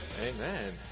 Amen